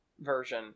version